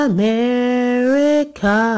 America